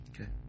Okay